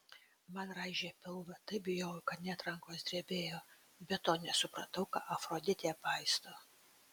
man raižė pilvą taip bijojau kad net rankos drebėjo be to nesupratau ką afroditė paisto